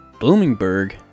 Bloomingburg